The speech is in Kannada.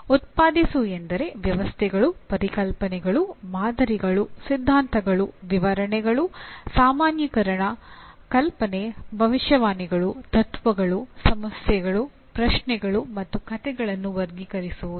ಉತ್ಪಾದಿಸು ಎಂದರೆ ವ್ಯವಸ್ಥೆಗಳು ಪರಿಕಲ್ಪನೆಗಳು ಮಾದರಿಗಳು ಸಿದ್ಧಾಂತಗಳು ವಿವರಣೆಗಳು ಸಾಮಾನ್ಯೀಕರಣ ಕಲ್ಪನೆ ಭವಿಷ್ಯವಾಣಿಗಳು ತತ್ವಗಳು ಸಮಸ್ಯೆಗಳು ಪ್ರಶ್ನೆಗಳು ಮತ್ತು ಕಥೆಗಳನ್ನು ವರ್ಗೀಕರಿಸುವುದು